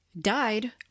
died